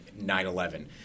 9-11